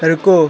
रुको